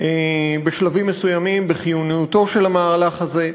בשלבים מסוימים בחיוניותו של המהלך הזה,